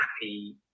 happy